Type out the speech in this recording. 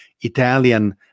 Italian